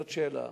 זו שאלה,